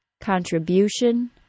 contribution